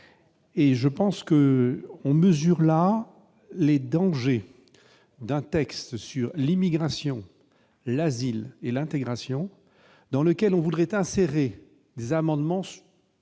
là, me semble-t-il, les dangers d'un texte sur l'immigration, l'asile et l'intégration dans lequel on voudrait insérer des amendements